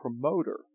promoter